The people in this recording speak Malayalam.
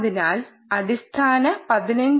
അതിനാൽ അടിസ്ഥാന 15